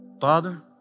Father